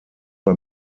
war